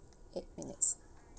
eight minutes